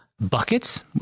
buckets